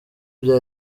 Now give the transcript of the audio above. bya